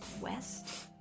west